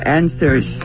answers